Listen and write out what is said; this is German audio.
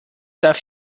darf